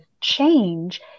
change